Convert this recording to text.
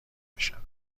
بشم